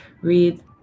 read